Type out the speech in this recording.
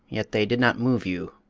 yet they did not move you,